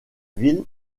ville